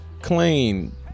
clean